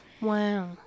Wow